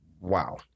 wow